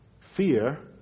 fear